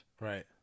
right